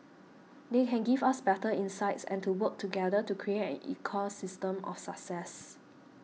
they can give us better insights and to work together to create an ecosystem of success